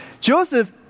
Joseph